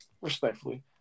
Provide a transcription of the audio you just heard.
Respectfully